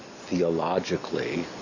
theologically